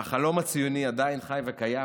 והחלום הציוני עדיין חי וקיים.